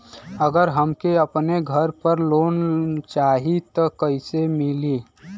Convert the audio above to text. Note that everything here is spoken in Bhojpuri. अगर हमके अपने घर पर लोंन चाहीत कईसे मिली?